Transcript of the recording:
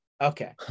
Okay